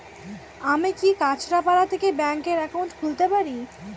আমি কি কাছরাপাড়া থেকে ব্যাংকের একাউন্ট খুলতে পারি?